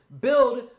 build